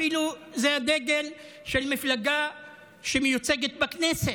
זה אפילו דגל של מפלגה שמיוצגת בכנסת,